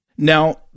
Now